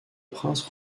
prince